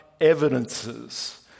evidences